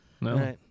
No